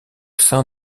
sein